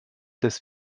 des